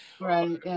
Right